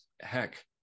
Heck